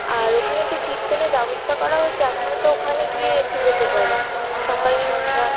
আর ওখানে তো কীর্তনের ব্যবস্থা করা হয়েছে আপনারা তো ওখানে গিয়ে এক্টু যেতে পারেন সকাল সন্ধ্যা